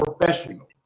professional